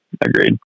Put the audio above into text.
agreed